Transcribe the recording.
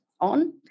on